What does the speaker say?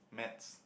Maths